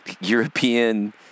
European